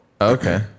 okay